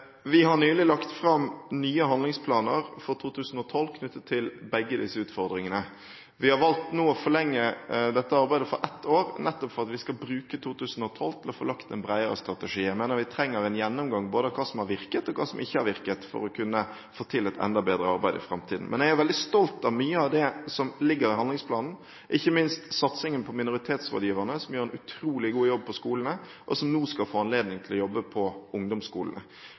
Vi har nylig lagt fram nye handlingsplaner for 2012 knyttet til begge disse utfordringene. Vi har nå valgt å forlenge dette arbeidet med ett år, nettopp for at vi skal bruke 2012 til å få lagt en bredere strategi. Jeg mener vi trenger en gjennomgang av både hva som har virket, og hva som ikke har virket, for å kunne få til et enda bedre arbeid i framtiden. Men jeg er veldig stolt av mye av det som ligger i handlingsplanen, ikke minst satsingen på minoritetsrådgiverne, som gjør en utrolig god jobb på skolene, og som nå skal få anledning til å jobbe på ungdomsskolene.